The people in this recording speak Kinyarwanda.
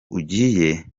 ugiye